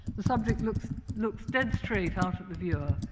the subject looks looks dead straight out at the viewer,